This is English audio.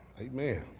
Amen